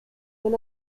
when